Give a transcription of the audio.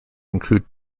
include